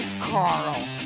Carl